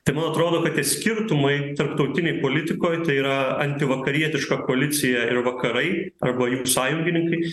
tai man atrodo kad tie skirtumai tarptautinėj politikoj tai yra antivakarietiška koalicija ir vakarai arba jų sąjungininkai